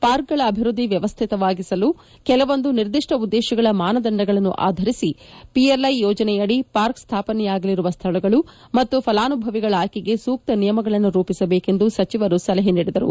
park ಗಳ ಅಭಿವೃದ್ದಿ ವ್ಯವಸ್ಥಿತವಾಗಿರಲು ಕೆಲವೊಂದು ನಿರ್ದಿಷ್ವ ಉದ್ದೇಶಗಳ ಮಾನದಂಡಗಳನ್ನು ಆಧರಿಸಿ ಪಿಎಲ್ಐ ಯೋಜನೆ ಅದಿ ಪಾರ್ಕ್ ಸ್ಡಾಪನೆಯಾಗಲಿರುವ ಸ್ಥಳಗಳು ಮತ್ತು ಫಲಾನುಭವಿಗಳ ಆಯ್ಕೆಗೆ ಸೂಕ್ತ ನಿಯಮಗಳನ್ನು ರೂಪಿಸಬೇಕು ಎಂದು ಸಚಿವರು ಸಲಹೆ ಮಾಡಿದರು